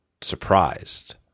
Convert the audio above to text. surprised